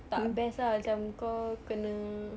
tak best ah macam kau kena